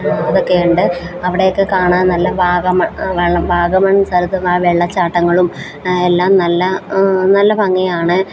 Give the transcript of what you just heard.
അതൊക്കെയുണ്ട് അവിടൊക്കെ കാണാൻ നല്ല വാഗമൺ വെള്ള വാഗമൺ സ്ഥലത്തുള്ള ആ വെള്ളച്ചാട്ടങ്ങളും എല്ലാം നല്ല നല്ല ഭംഗിയാണ്